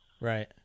Right